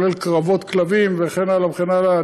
כולל קרבות כלבים וכן הלאה וכן הלאה,